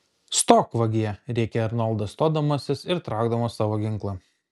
stok vagie rėkė arnoldas stodamasis ir traukdamas savo ginklą